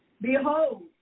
Behold